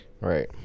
Right